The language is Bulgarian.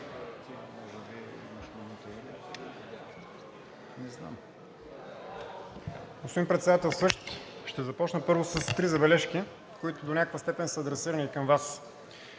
Господин Председателстващ, ще започна първо с три забележки, които в някаква степен са адресирани към Вас.